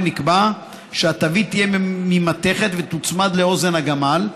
נקבע שהתווית תהיה ממתכת ותוצמד לאוזן הגמל,